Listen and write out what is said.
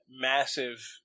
Massive